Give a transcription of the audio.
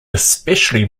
especially